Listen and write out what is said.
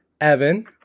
Evan